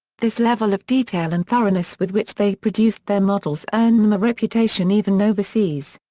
this level of detail and thoroughness with which they produced their models earned them a reputation even overseas.